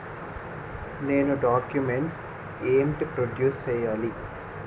నేను డాక్యుమెంట్స్ ఏంటి ప్రొడ్యూస్ చెయ్యాలి?